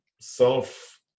self